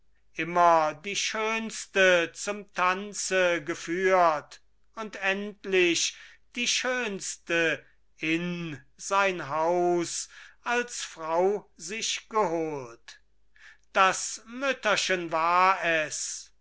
immer die schönste zum tanze geführt und endlich die schönste in sein haus als frau sich geholt das mütterchen war es